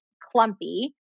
clumpy